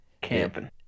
camping